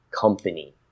company